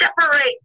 separate